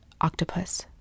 octopus